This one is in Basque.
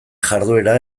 jarduera